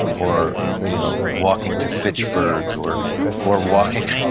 or you know walking to fitchburg or or walking,